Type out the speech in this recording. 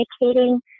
communicating